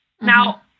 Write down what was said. Now